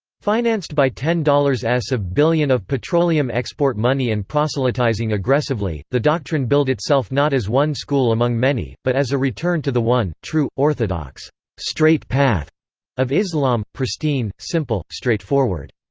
financed by ten s of billion of petroleum-export money and proselytizing aggressively, the doctrine billed itself not as one school among many, but as a return to the one, true, orthodox straight path of islam pristine, simple, straightforward.